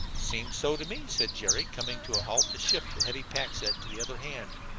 seems so to me, said jerry, coming to halt to shift the heavy pack-set to the other hand.